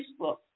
Facebook